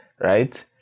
right